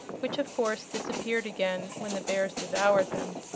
which of course disappeared again when the bears devoured them.